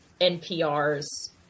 NPR's